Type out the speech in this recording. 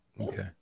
Okay